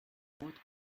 what